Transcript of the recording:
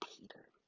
Peter